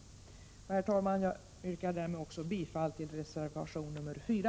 Herr talman! Jag yrkar därmed bifall också till reservation nr 4.